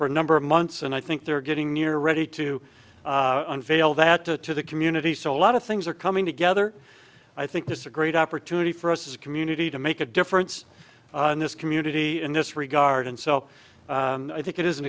for a number of months and i think they're getting near ready to unveil that to the community so a lot of things are coming together i think this is a great opportunity for us as a community to make a difference in this community in this regard and so i think it is an